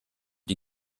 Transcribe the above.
die